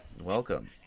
Welcome